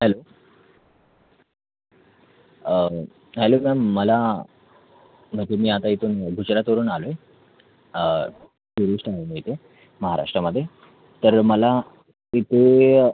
hello hello ma'am मला मग तुम्ही आता इथून गुजरातवरून आलो आहे टूरिश्ट आहे मी इथे महाराष्ट्रामध्ये तर मला इथे